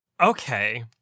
Okay